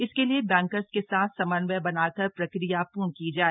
इसके लिए बैंकर्स के साथ समन्वय बनाकर प्रक्रिया पूर्ण की जाए